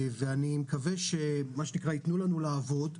אני מקווה שיתנו לנו לעבוד,